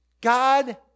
God